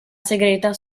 segreta